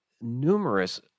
numerous